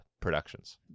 productions